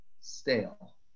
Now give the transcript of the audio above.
stale